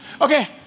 Okay